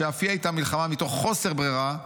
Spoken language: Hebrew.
שאף היא הייתה מלחמה מתוך חוסר ברירה,